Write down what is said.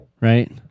right